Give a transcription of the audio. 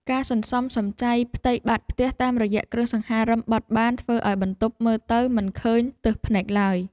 ការសន្សំសំចៃផ្ទៃបាតផ្ទះតាមរយៈគ្រឿងសង្ហារិមបត់បានធ្វើឱ្យបន្ទប់មើលទៅមិនឃើញទើសភ្នែកឡើយ។